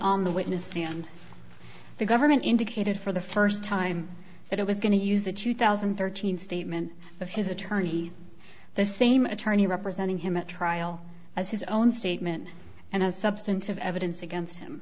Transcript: on the witness stand the government indicated for the first time that it was going to use the two thousand and thirteen statement of his attorney the same attorney representing him at trial as his own statement and as substantive evidence against him